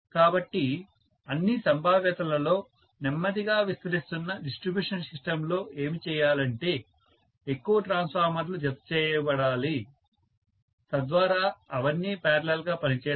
కాబట్టి అన్ని సంభావ్యతలలో నెమ్మదిగా విస్తరిస్తున్న డిస్ట్రిబ్యూషన్ సిస్టంలో ఏమి చేయాలంటే ఎక్కువ ట్రాన్స్ఫార్మర్లు జతచేయబడాలి తద్వారా అవన్నీ పారలల్ గా పనిచేస్తాయి